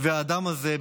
האדם הזה,